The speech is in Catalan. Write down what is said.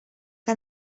que